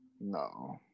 No